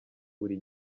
buri